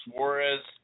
Suarez